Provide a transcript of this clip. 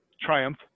Triumph